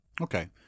Okay